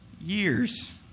years